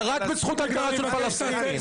רק בזכות הגדרה של פלסטינים.